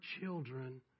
children